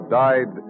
died